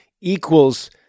equals